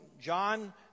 John